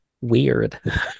Weird